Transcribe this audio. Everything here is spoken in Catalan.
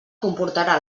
comportarà